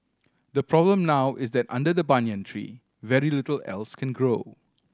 the problem now is that under the banyan tree very little else can grow